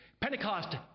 Pentecost